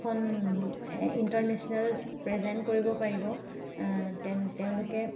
খন এ international present কৰিব পাৰিব তেন্ তেওঁলোকে